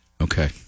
Okay